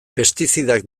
pestizidak